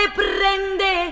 prende